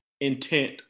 intent